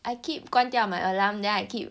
I keep 关掉 my alarm then I keep